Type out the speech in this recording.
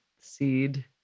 seed